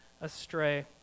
astray